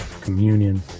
communion